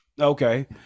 Okay